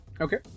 Okay